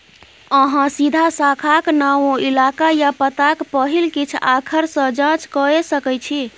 अहाँ सीधा शाखाक नाओ, इलाका या पताक पहिल किछ आखर सँ जाँच कए सकै छी